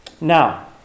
Now